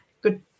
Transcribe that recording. good